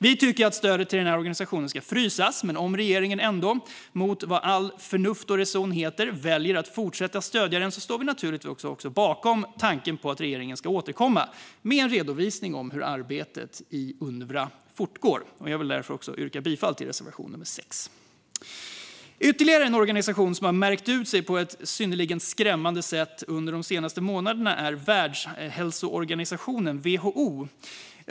Vi tycker att stödet till denna organisation ska frysas, men om regeringen ändå, mot allt vad förnuft och reson heter, väljer att fortsätta stödja den står vi naturligtvis bakom tanken på att regeringen ska återkomma med en redovisning av hur arbetet i Unrwa fortgår. Jag vill därför yrka bifall till reservation nr 6. Ytterligare en organisation som har märkt ut sig på ett synnerligen skrämmande sätt under de senaste månaderna är Världshälsoorganisationen, WHO.